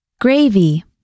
Gravy